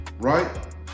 right